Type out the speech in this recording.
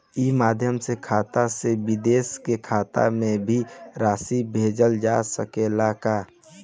ई माध्यम से खाता से विदेश के खाता में भी राशि भेजल जा सकेला का?